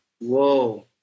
whoa